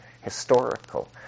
historical